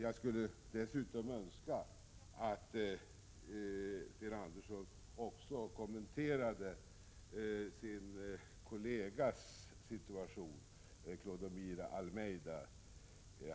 Jag skulle dessutom önska att Sten Andersson kommenterade sin kollegas, Clodomiro Almeydas, situation.